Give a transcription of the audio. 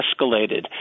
escalated